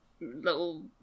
little